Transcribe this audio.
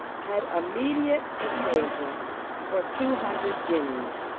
had immediate occasion for two hundred guineas,